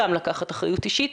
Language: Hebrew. גם לקחת אחריות אישית,